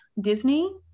Disney